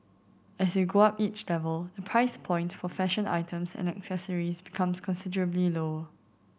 as you go up each level the price point for fashion items and accessories becomes considerably low